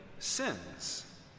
sins